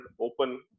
open